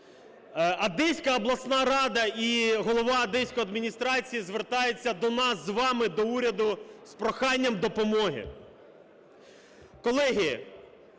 Одеська обласна рада і голова одеської адміністрації звертається до нас з вами, до уряду з проханням допомоги. Колеги,